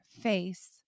face